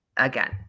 again